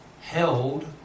held